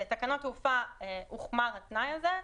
בתקנות תעופה הוחמר התנאי הזה,